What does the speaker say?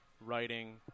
writing